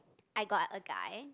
I got a guy